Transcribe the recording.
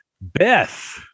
Beth